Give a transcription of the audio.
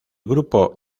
grupo